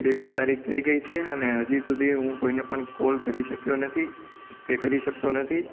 ત્રેવીસ તારીખ થઈ ગઈ છે અને હજી સુધી હું કોઈ પણ કૉલ કરી શકયો નથી કે કરી શકતો નથી